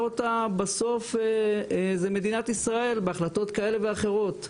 אותה בסוף זו מדינת ישראל בהחלטות כאלה ואחרות.